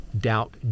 doubt